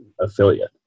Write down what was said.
affiliate